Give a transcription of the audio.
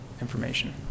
information